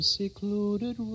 Secluded